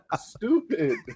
Stupid